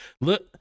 Look